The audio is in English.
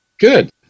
good